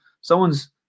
Someone's